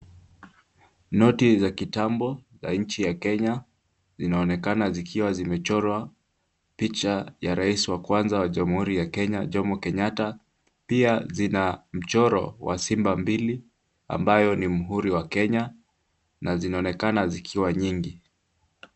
Noti za kitambo za nchi Kenya zinaonekaka zikiwa zimechorwa picha ya rais wa kwanza wa Jamhuri ya Kenya, Jomo Kenyatta pia zina mchoro wa simba mbili ambayo ni mhuri wa Kenya na zinaonekana zikiwa nyingi.